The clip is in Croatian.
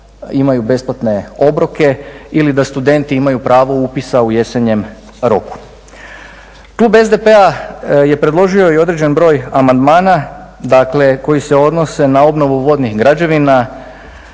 imaju besplatne obroke ili da studenti imaju pravo upisa u jesenjem roku. Klub SDP-a je predložio i određen broj amandmana, dakle koji se odnose na obnovu vodnih građevina